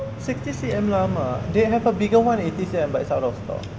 sixty C_M llama they have a bigger one eighty seven but it's out of stock